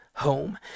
Home